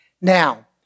Now